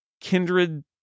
kindred